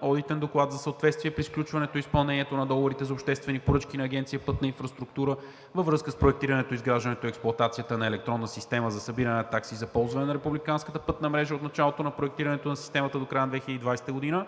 одитен доклад за съответствие при сключването и изпълнението на договорите за обществени поръчки на Агенция „Пътна инфраструктура“ във връзка с проектирането, изграждането и експлоатацията на електронна система за събиране на такси за ползване на републиканската пътна мрежа от началото на проектирането на системата до края на 2020 г.